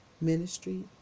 ministry